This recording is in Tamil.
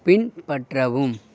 பின்பற்றவும்